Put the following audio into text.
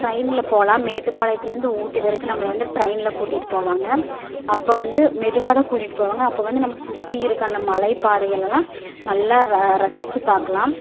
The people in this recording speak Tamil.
ட்ரைன்ல போகலாம் மேட்டுப்பாளையத்துலேருந்து ஊட்டி வரைக்கும் நம்மளை வந்து ட்ரைன்ல கூட்டிட்டு போவாங்கள் அப்போ வந்து மெதுவாக தான் கூட்டிட்டு போவாங்கள் அப்போ வந்து நம்ம சுற்றி இருக்க அந்த மலை பாதைகளெலாம் நல்லா ர ரசித்து பார்க்கலாம்